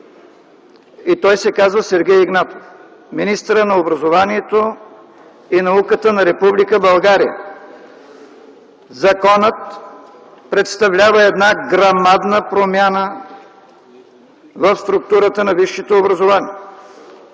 и той се казва Сергей Игнатов – министър на образованието и науката на Република България. Законът представлява една грамадна промяна в структурата на висшето образование,